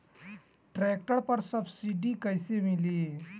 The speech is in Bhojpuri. ट्रैक्टर पर सब्सिडी कैसे मिली?